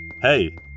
Hey